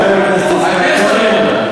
תודה לחבר הכנסת יצחק כהן.